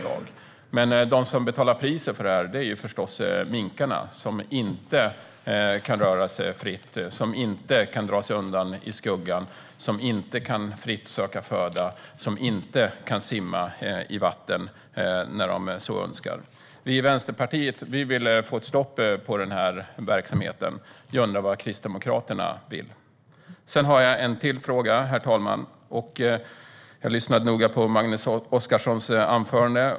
De som betalar priset för det här är förstås minkarna, som inte kan röra sig fritt, inte kan dra sig undan i skuggan, inte kan söka föda fritt och inte kan simma i vatten när de så önskar. Vi i Vänsterpartiet vill få stopp på den här verksamheten. Vi undrar vad Kristdemokraterna vill. Sedan har jag en till fråga, herr talman. Jag lyssnade noga på Magnus Oscarssons anförande.